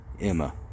Emma